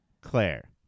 Claire